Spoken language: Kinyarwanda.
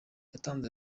yatanze